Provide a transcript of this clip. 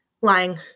lying